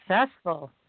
successful